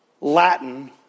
Latin